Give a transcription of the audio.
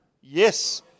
Yes